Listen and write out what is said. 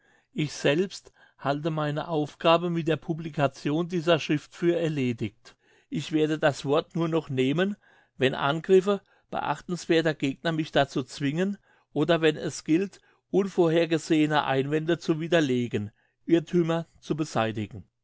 ich selbst halte meine aufgabe mit der publication dieser schrift für erledigt ich werde das wort nur noch nehmen wenn angriffe beachtenswerther gegner mich dazu zwingen oder wenn es gilt unvorhergesehene einwände zu widerlegen irrthümer zu beseitigen